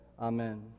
Amen